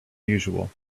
usual